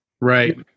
Right